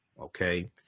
Okay